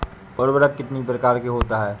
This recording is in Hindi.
उर्वरक कितनी प्रकार के होता हैं?